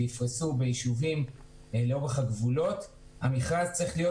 ויפרסו בישובים לאורך הגבולות המכרז צריך להיות